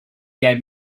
gave